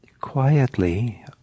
quietly